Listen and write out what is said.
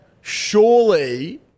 surely